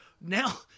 Now